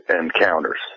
encounters